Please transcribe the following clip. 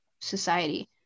society